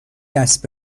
دست